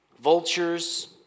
vultures